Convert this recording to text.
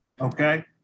okay